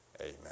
Amen